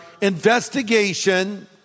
investigation